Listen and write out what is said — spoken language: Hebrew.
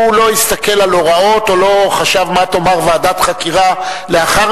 הוא לא הסתכל על הוראות או לא חשב מה תאמר ועדת חקירה לאחר